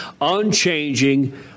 unchanging